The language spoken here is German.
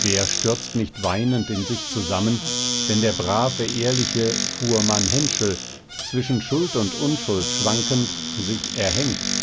wer stürzt nicht weinend in sich zusammen wenn der brave ehrliche fuhrmann henschel zwischen schuld und unschuld schwankend sich erhängt